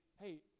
hey